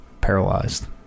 paralyzed